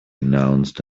announced